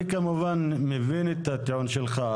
אני כמובן מבין את הטיעון שלך.